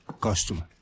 customer